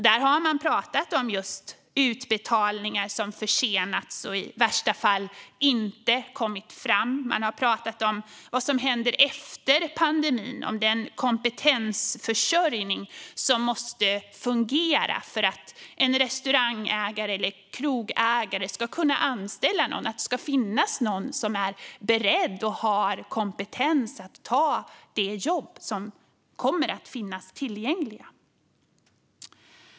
Där har man pratat om just utbetalningar som försenats och i värsta fall inte kommit fram. Man har pratat om vad som händer efter pandemin och om den kompetensförsörjning som måste fungera för att en restaurangägare eller krogägare ska kunna anställa någon och för att det ska kunna finnas någon som är beredd och har kompetens att ta de jobb som kommer att finnas tillgängliga.